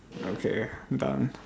okay done